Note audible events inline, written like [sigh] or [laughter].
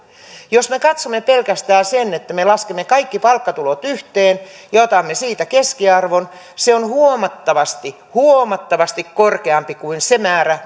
jos me katsomme pelkästään sen että me laskemme kaikki palkkatulot yhteen ja otamme siitä keskiarvon se on huomattavasti huomattavasti korkeampi kuin se määrä [unintelligible]